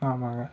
ஆமாங்க